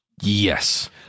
Yes